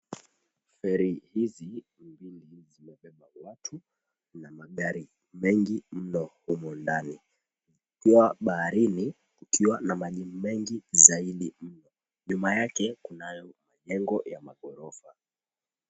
Feri hizi mbili, zimebeba watu na magari mengi mno humu ndani. Dua baharini kukiwa na maji mengi zaidi mno. Nyuma yake kunayo majengo ya magorofa.